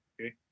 okay